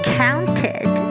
counted